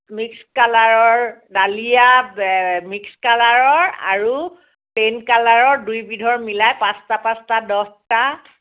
mix কালাৰৰ dahlia mix কালাৰৰ আৰু চেইম কালাৰৰ দুই বিধৰ মিলাই পাঁচটা পাঁচটা দহটা